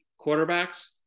quarterbacks